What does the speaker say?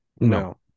No